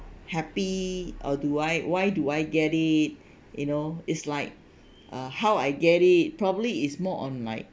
happy or do I why do I get it you know is like uh how I get it probably is more on like